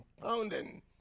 pounding